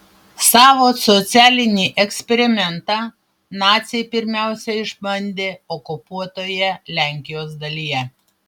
savo socialinį eksperimentą naciai pirmiausia išbandė okupuotoje lenkijos dalyje